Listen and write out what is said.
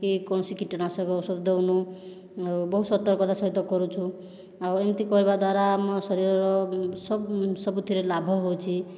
କି କୌଣସି କୀଟନାଶକ ଔଷଧ ଦେଉନୁଆଉ ବହୁତ ସତର୍କତା ସହିତ କରୁଛୁ ଆଉ ଏମିତି କରିବା ଦ୍ୱାରା ଆମ ଶରୀରର ସବୁଥିରେ ଲାଭ ହେଉଛି